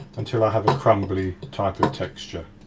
until i have a crumbly type of texture.